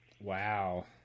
Wow